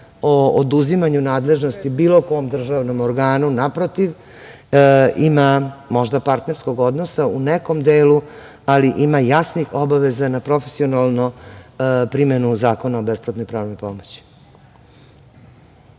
o oduzimanju nadležnosti bilo kom državnom organu, naprotiv, ima možda partnerskog odnosa u partnerskom delu, ali ima jasnih obaveza na profesionalnu primenu Zakona o besplatnoj pravnoj pomoći.